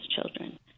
children